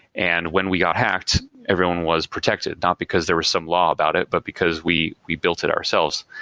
and when we got hacked, everyone was protected not because there were some law about it, but because we we built it ourselves.